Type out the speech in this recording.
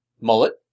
Mullet